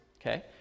okay